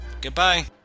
Goodbye